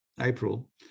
April